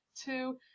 Two